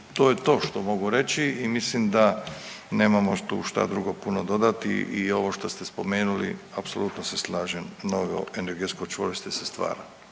to je to što mogu reći. I mislim da nemamo tu šta drugo puno dodati i ovo šta ste spomenuli, apsolutno se slažem, novo energetsko čvorište se stvara.